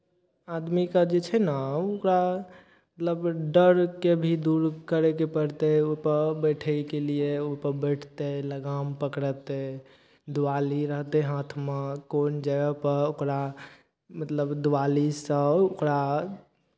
आदमीकेँ जे छै न ओकरा मतलब डरके भी दूर करयके पड़तै ओहिपर बैठयके लिए ओहिपर बैठतै लगाम पकड़तै दुआली रहतै हाथमे कोन जगहपर ओकरा मतलब दुआलीसँ ओकरा